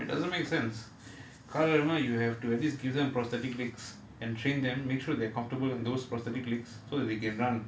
it doesn't make sense கால் இல்லனா:kaal illanaa you have to have least give them prosthetic legs and train them make sure they're comfortable in those prosthetic legs so they can run